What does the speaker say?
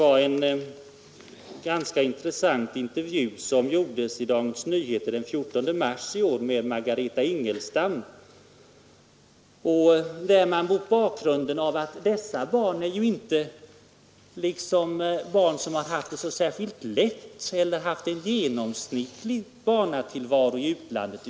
Gränsen på åtta månader — och annars bara 20 dagar — drabbar grymt och orättvist, då nästan alla utländska barn är äldre än åtta månader vid adoptionen. Det gäller här inte heller barn som haft det särskilt lätt eller som haft ens en genomsnittlig barnatillvaro i utlandet.